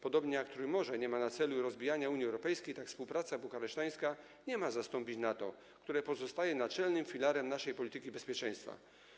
Podobnie jak Trójmorze nie ma na celu rozbijania Unii Europejskiej, tak współpraca bukaresztańska nie ma na celu zastąpienie NATO, które pozostaje naczelnym filarem naszej polityki bezpieczeństwa.